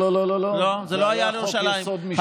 לא לא לא לא לא, זה היה חוק-יסוד: משאל עם.